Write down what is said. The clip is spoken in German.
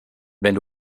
wenn